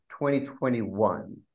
2021